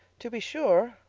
to be sure,